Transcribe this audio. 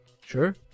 Sure